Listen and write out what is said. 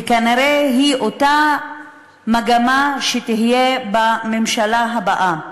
וכנראה זו אותה מגמה שתהיה בממשלה הבאה.